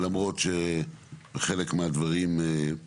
למרות שבחלק מהדברים גם